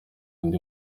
undi